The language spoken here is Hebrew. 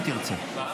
אם תרצה.